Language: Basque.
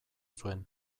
zuen